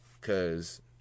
cause